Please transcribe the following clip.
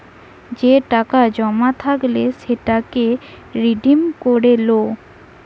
যে টাকা জমা থাইকলে সেটাকে রিডিম করে লো